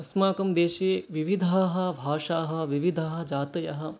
अस्माकं देशे विविधाः भाषाः विविधाः जातयः